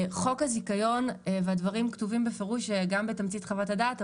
חוק הזיכיון והדברים כתובים בפירוש גם בתמצית חוות הדעת,